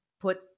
put